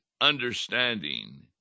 Understanding